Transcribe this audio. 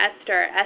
Esther